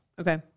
okay